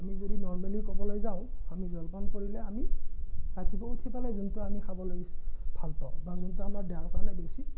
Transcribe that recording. আমি যদি নৰমেলি ক'বলৈ যাওঁ আমি জলপান কৰিলে আমি ৰাতিপুৱা উঠি পেলাই যোনটো আমি খাবলৈ ভাল পাওঁ বা যোনটো আমাৰ দেহৰ কাৰণে বেছি